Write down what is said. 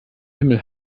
himmel